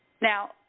Now